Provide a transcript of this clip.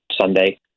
Sunday